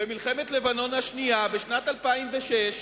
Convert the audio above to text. במלחמת לבנון השנייה בשנת 2006,